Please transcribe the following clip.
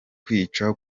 kwica